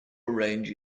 range